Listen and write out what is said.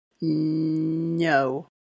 No